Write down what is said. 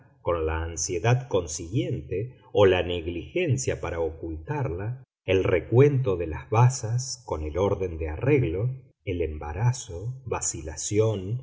con la ansiedad consiguiente o la negligencia para ocultarla el recuento de las bazas con el orden de arreglo el embarazo vacilación